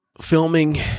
filming